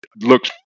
looks